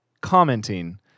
commenting